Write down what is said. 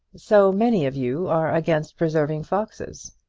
so many of you are against preserving foxes.